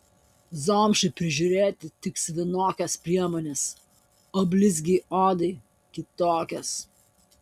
zomšai prižiūrėti tiks vienokios priemonės o blizgiai odai kitokios